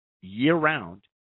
year-round